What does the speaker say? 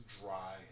dry